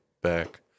back